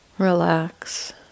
Relax